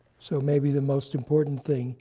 so maybe the most important thing